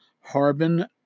Harbin